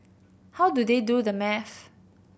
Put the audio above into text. how do they do the maths